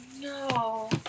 no